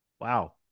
Wow